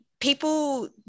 people